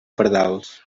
pardals